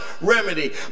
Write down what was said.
remedy